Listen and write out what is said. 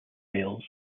isles